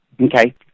Okay